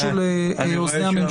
אני רוצה להציע משהו לאוזני הממשלה.